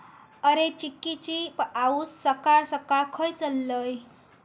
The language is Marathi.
अरे, चिंकिची आऊस सकाळ सकाळ खंय चल्लं?